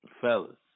fellas